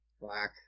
black